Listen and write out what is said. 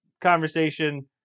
conversation